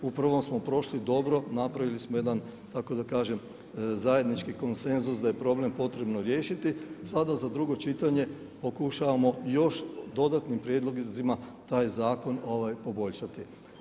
U prvom smo prošli dobro, napravili smo jedan tako da kažem zajednički konsenzus da je problem potrebno riješiti, sada za drugo čitanje pokušavamo još dodanim prijedlozima taj zakon poboljšati.